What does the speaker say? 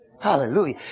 Hallelujah